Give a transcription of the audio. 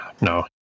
no